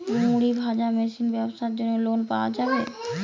মুড়ি ভাজা মেশিনের ব্যাবসার জন্য লোন পাওয়া যাবে?